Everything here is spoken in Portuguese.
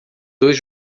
dois